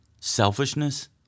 Selfishness